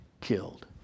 killed